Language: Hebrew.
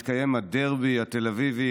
התקיים הדרבי התל אביבי,